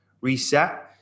reset